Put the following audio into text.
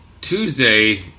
Tuesday